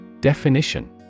Definition